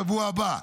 שבוע הבא.